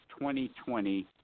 2020